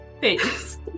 Thanks